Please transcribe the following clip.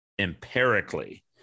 empirically